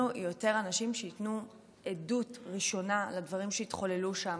יותר אנשים שייתנו עדות ראשונה לדברים שהתחוללו שם.